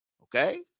Okay